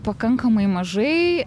pakankamai mažai